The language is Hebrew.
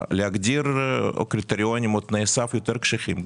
להגדיר קריטריונים את תנאי סף יותר קשיחים,